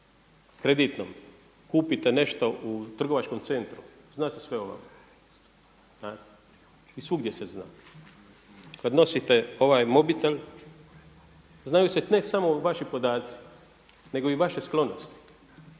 kreditnom kupite nešto u trgovačkom centru zna se sve o vama, znate i svugdje se zna. Kad nosite ovaj mobitel znaju se ne samo vaši podaci, nego i vaše sklonosti.